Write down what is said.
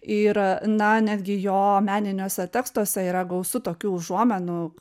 ir na netgi jo meniniuose tekstuose yra gausu tokių užuominų